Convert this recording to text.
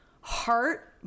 heart